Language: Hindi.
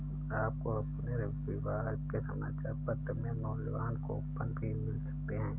आपको अपने रविवार के समाचार पत्र में मूल्यवान कूपन भी मिल सकते हैं